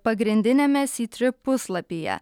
pagrindiniame sytrip puslapyje